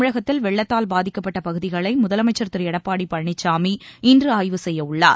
தமிழகத்தில் வெள்ளத்தால் பாதிக்கப்பட்ட பகுதிகளை முதலமைச்சர் திரு எடப்பாடி பழனிசாமி இன்று ஆய்வு செய்ய உள்ளார்